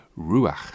ruach